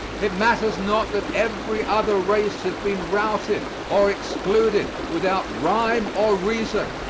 it matters not that every other race has been routed or excluded without rhyme or reason.